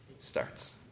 starts